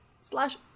slash